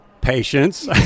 Patience